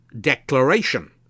declaration